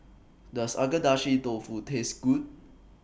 Does Agedashi Dofu Taste Good